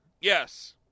Yes